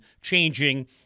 changing